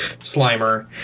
Slimer